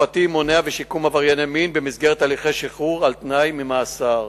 ושיקום עברייני מין במסגרת הליכי שחרור על-תנאי ממאסר,